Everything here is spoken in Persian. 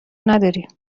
نداری